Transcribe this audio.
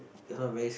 that's why very